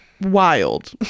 wild